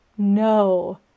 No